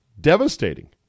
devastating